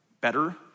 better